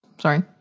Sorry